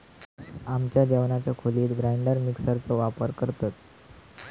आमच्या जेवणाच्या खोलीत ग्राइंडर मिक्सर चो वापर करतत